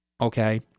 Okay